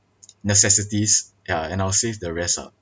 necessities ya and I'll save the rest ah